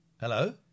hello